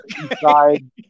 inside